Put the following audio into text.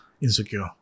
insecure